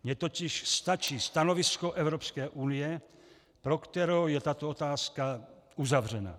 Mně totiž stačí stanovisko Evropské unie, pro kterou je tato otázka uzavřená.